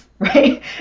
right